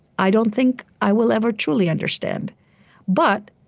i don't think i will ever truly understand but,